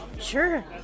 Sure